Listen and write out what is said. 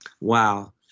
Wow